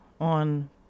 on